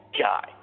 guy